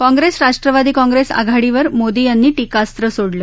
काँग्रेस राष्ट्रवादी काँग्रेस आघाडीवर मोदी यांनी टीकास्त्र सोडलं